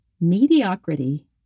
mediocrity